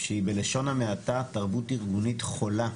שהיא בלשון המעטה, תרבות ארגונית חולה,